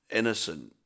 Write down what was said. Innocent